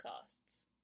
costs